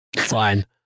Fine